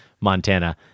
Montana